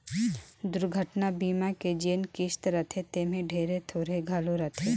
दुरघटना बीमा के जेन किस्त रथे तेम्हे ढेरे थोरहें घलो रहथे